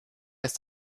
ist